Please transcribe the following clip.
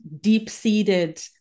deep-seated